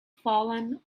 fallen